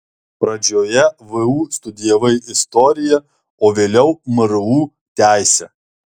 pradžioje vu studijavai istoriją o vėliau mru teisę